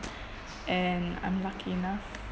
and I'm lucky enough